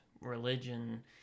religion